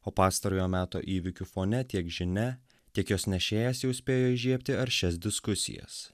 o pastarojo meto įvykių fone tiek žinia tiek jos nešėjas jau spėjo įžiebti aršias diskusijas